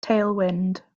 tailwind